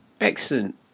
Excellent